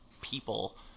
people